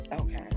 okay